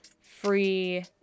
free